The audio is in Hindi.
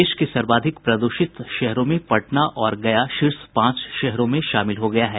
देश के सर्वाधिक प्रदूषित शहरों में पटना और गया शीर्ष पांच शहरों में शामिल हो गया है